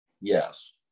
yes